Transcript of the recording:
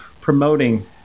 promoting